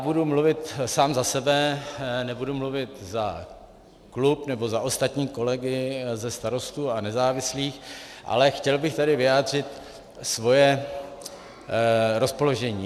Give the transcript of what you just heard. Budu mluvit sám za sebe, nebudu mluvit za klub nebo za ostatní kolegy ze Starostů a nezávislých, ale chtěl bych tady vyjádřit své rozpoložení.